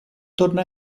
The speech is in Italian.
torna